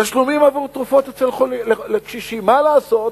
תשלומים עבור תרופות לקשישים, מה לעשות,